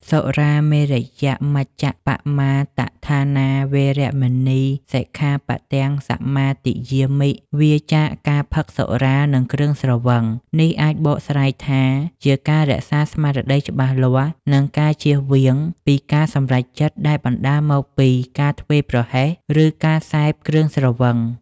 សុរាមេរយមជ្ជប្បមាទដ្ឋានា វេរមណី សិក្ខាបទំ សមាទិយាមិ វៀរចាកការផឹកសុរា និងគ្រឿងស្រវឹង នេះអាចបកស្រាយថាជាការរក្សាស្មារតីច្បាស់លាស់ និងការជៀសវាងពីការសម្រេចចិត្តដែលបណ្ដាលមកពីការធ្វេសប្រហែស ឬការសេព គ្រឿងស្រវឹង។